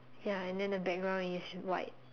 ya and then the background is white